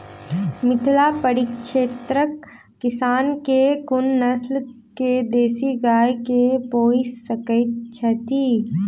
मिथिला परिक्षेत्रक किसान केँ कुन नस्ल केँ देसी गाय केँ पोइस सकैत छैथि?